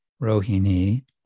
Rohini